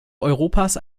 europas